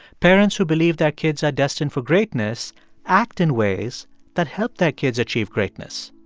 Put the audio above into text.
parents who believe their kids are destined for greatness act in ways that help their kids achieve greatness.